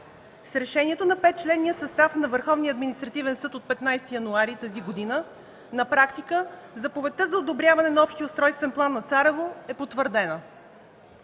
С решението на петчленния състав на Върховния административен съд от 15 януари тази година на практика заповедта за одобряване на Общия устройствен план на Царево е потвърдена.